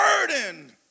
burden